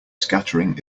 scattering